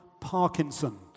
Parkinson